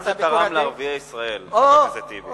מה זה תרם לערביי ישראל, חבר הכנסת טיבי?